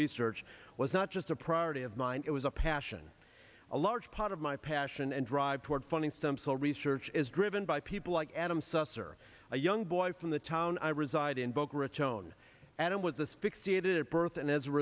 research was not just a priority of mine it was a passion a large part of my passion and drive toward funding stem cell research is driven by people like adam susser a young boy from the town i reside in boca raton adam was a spic stated at birth and as a